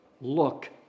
look